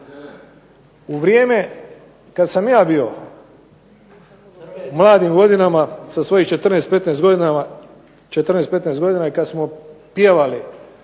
U vrijeme kada sam ja bio u mladim godinama sa svojih 14, 15 godina i kada smo pjevali